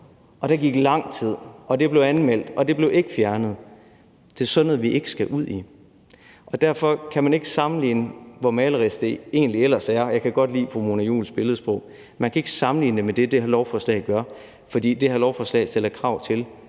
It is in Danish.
og der gik lang tid, og det blev anmeldt, og det blev ikke fjernet. Det er sådan noget, vi ikke skal ud i. Og derfor kan man ikke sammenligne det, hvor malerisk det end er, og jeg kan godt lide Mona Juuls billedsprog, men man kan ikke sammenligne det med det, det her lovforslag gør, fordi det her lovforslag stiller krav om,